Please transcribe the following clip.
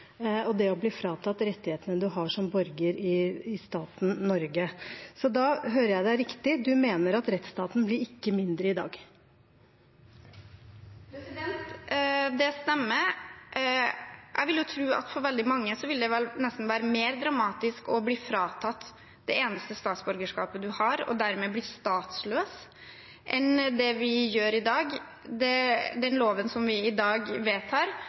å bli fratatt rettighetene man har som borger i staten Norge. Så da hører jeg deg riktig – du mener at rettsstaten ikke blir mindre i dag? Det stemmer. Jeg vil tro at for veldig mange vil det nesten være mer dramatisk å bli fratatt det eneste statsborgerskapet man har, og dermed bli statsløs, enn det vi gjør i dag. Den loven vi vedtar i dag,